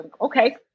Okay